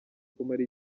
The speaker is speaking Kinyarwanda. kumara